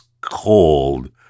cold